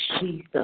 Jesus